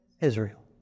Israel